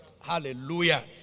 Hallelujah